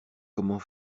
comment